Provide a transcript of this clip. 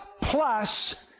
plus